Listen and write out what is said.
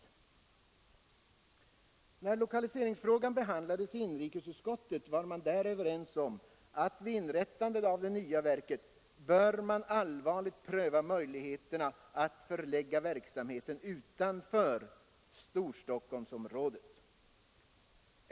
När lokaliseringsfrågan behandlades i inrikesutskottet var man där överens om att vid inrättandet av det nya verket skulle möjligheterna att förlägga verksamheten utanför Storstockholmsområdet allvarligt prövas.